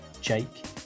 jake